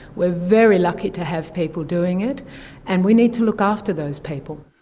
we are very lucky to have people doing it and we need to look after those people.